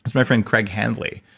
my friend craig hanley,